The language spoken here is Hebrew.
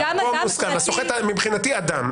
מבחינתי אדם.